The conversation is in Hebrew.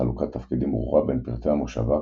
חלוקת תפקידים ברורה בין פרטי המושבה,